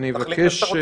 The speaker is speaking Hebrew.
אני מבקש.